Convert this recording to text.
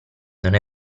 non